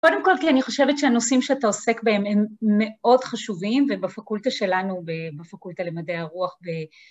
קודם כל כי אני חושבת שהנושאים שאתה עוסק בהם הם מאוד חשובים ובפקולטה שלנו, בפקולטה למדעי הרוח